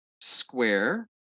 square